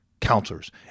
counselors